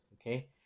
okay